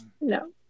No